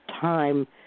time